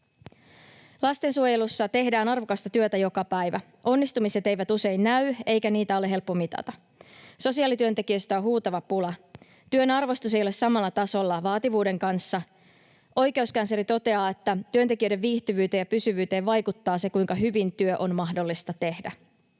Lastensuojelussa tehdään arvokasta työtä joka päivä. Onnistumiset eivät usein näy, eikä niitä ole helppo mitata. Sosiaalityöntekijöistä on huutava pula. Työn arvostus ei ole samalla tasolla vaativuuden kanssa. Oikeuskansleri toteaa, että työntekijöiden viihtyvyyteen ja pysyvyyteen vaikuttaa se, kuinka hyvin työ on mahdollista tehdä.